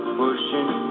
pushing